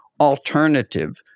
alternative